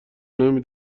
نمی